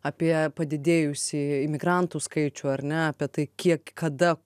apie padidėjusį imigrantų skaičių ar ne apie tai kiek kada